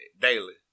daily